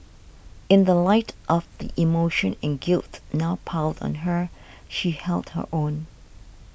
in the light of the emotion and guilt now piled on her she held her own